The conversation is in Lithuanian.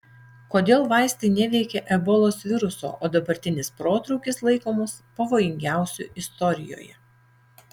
kodėl vaistai neveikia ebolos viruso o dabartinis protrūkis laikomas pavojingiausiu istorijoje